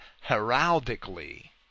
heraldically